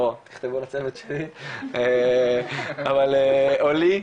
או תכתבו לצוות שלי, או לי,